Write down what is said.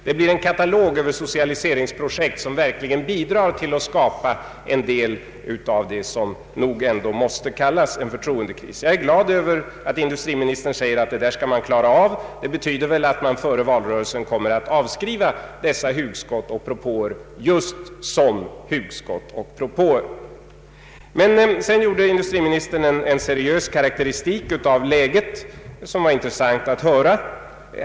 Denna katalog över socialiseringsprojekt bidrar verkligen till att skapa en del av vad som ändå måste kallas en förtroendekris. Jag är glad över att industriministern säger att man skall klara av den saken. Det innebär väl att man före valrörelsen kommer att avskriva dessa hugskott och propåer just som hugskott och propåer. Sedan gjorde industriministern en seriös karakteristik av läget, som var intressant att höra.